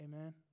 Amen